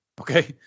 Okay